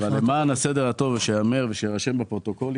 למען הסדר הטוב, שייאמר וירשם בפרוטוקול,